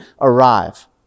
arrive